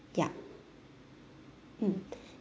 yup mm